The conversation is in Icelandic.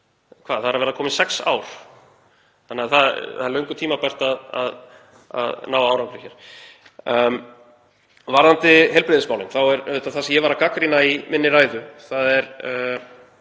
hvað, það eru að verða komin sex ár, þannig að það er löngu tímabært að ná árangri hér. Varðandi heilbrigðismálin þá er auðvitað það sem ég var að gagnrýna í minni ræðu ummæli